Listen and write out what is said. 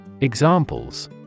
Examples